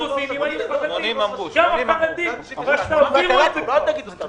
זכרונו לברכה,